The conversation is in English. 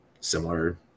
similar